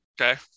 Okay